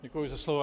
Děkuji za slovo.